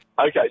Okay